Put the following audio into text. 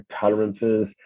tolerances